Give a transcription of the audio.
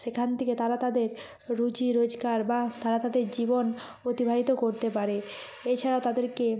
সেখান থেকে তারা তাদের রুজি রোজগার বা তারা তাদের জীবন অতিবাহিত করতে পারে এছাড়া তাদেরকে